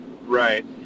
right